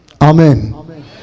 Amen